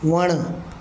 वणु